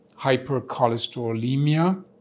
hypercholesterolemia